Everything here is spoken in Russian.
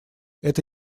это